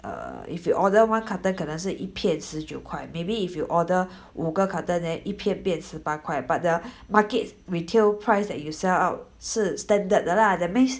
err if you order one carton 可能是一片十九块 maybe if you order 五个 carton then 一片变十八块 but the market retail price that you sell out 是 standard 的啦